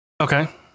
Okay